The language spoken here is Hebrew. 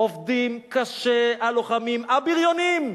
עובדים קשה הלוחמים, ה"בריונים".